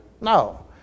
No